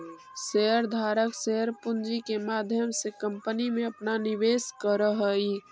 share धारक share पूंजी के माध्यम से कंपनी में अपना निवेश करऽ हई